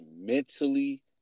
mentally